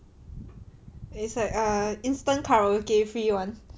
it's like a instant karaoke free [one]